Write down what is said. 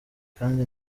kandi